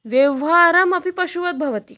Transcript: व्यवहारमपि पशुवत् भवति